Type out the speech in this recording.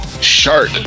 Shark